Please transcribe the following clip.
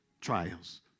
Trials